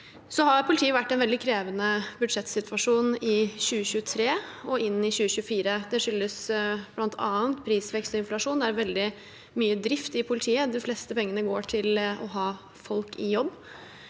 Politiet har vært i en veldig krevende budsjettsituasjon i 2023 og inn i 2024. Det skyldes bl.a. prisvekst og inflasjon. Det går veldig mye til drift i politiet. De fleste pengene går til å ha folk i jobb.